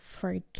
forget